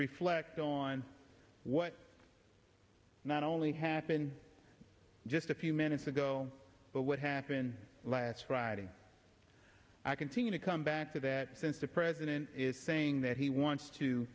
reflect on what not only happened just a few minutes ago but what happened last friday i continue to come back to that since the president is saying that he wants to